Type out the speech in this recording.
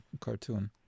cartoon